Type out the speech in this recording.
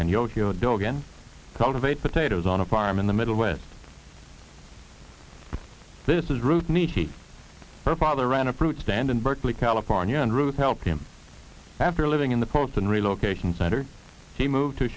and cultivate potatoes on a farm in the middle west this is ruth meet her father ran a proof stand in berkeley california and ruth helped him after living in the post and relocation center he moved to